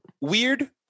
weird